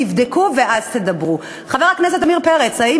זה פשוט לא נכון.